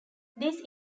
these